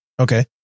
okay